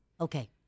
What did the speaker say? Okay